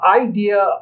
idea